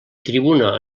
tribuna